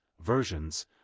versions